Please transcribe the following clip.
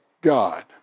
God